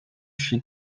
she